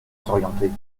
s’orienter